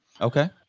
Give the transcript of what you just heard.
Okay